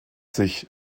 sich